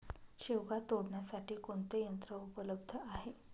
शेवगा तोडण्यासाठी कोणते यंत्र उपलब्ध आहे?